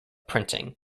printing